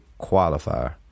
qualifier